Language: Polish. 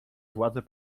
władze